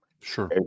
Sure